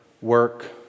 work